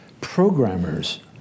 programmers